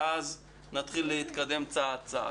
ואז נתחיל להתקדם צעד-צעד.